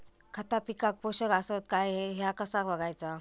खता पिकाक पोषक आसत काय ह्या कसा बगायचा?